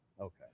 okay